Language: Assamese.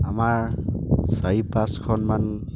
আমাৰ চাৰি পাঁচখনমান